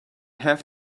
have